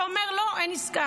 אתה אומר: לא, אין עסקה.